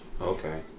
Okay